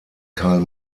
karl